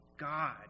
God